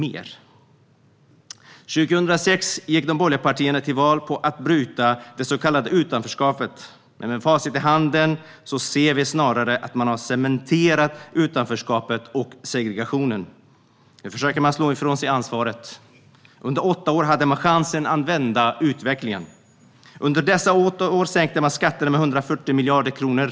År 2006 gick de borgerliga partierna till val på att bryta det så kallade utanförskapet. Men med facit i hand ser vi att man snarare har cementerat utanförskapet och segregationen. Nu försöker de borgerliga partierna att slå ifrån sig ansvaret. Under åtta år hade man chansen att vända utvecklingen. Under dessa åtta år sänkte man skatterna med 140 miljarder kronor.